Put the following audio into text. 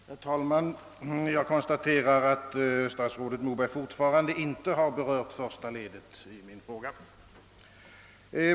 Herr talman! Jag konstaterar att stats rådet. Moberg fortfarande inte har berört första ledet i min fråga.